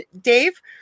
Dave